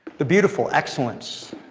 the beautiful, excellence,